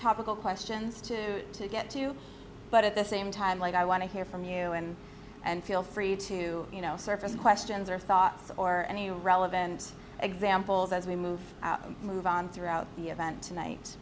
topical questions to to get to but at the same time like i want to hear from you and and feel free to you know surface questions or thoughts or any relevant examples as we move move on throughout the event tonight